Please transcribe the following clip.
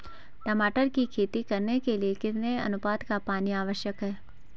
टमाटर की खेती करने के लिए कितने अनुपात का पानी आवश्यक है?